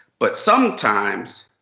but sometimes,